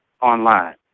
online